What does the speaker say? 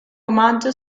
omaggio